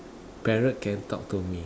parrot can talk to me